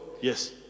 Yes